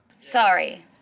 Sorry